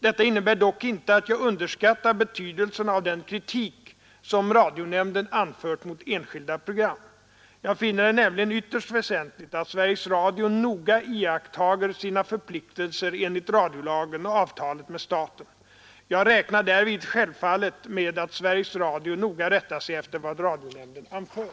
Detta innebär dock inte att jag underskattar betydelsen av den kritik som radionämnden anfört mot enskilda program. Jag finner det nämligen ytterst väsentligt att Sveriges Radio noga iakttager sina förpliktelser enligt radiolagen och avtalet med staten. Jag räknar därvid självfallet med att Sveriges Radio noga rättar sig efter vad radionämnden anför.